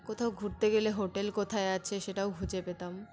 কোথাও ঘুরতে গেলে হোটেল কোথায় আছে সেটাও খুঁজে পেতাম